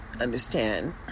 understand